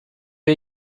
wir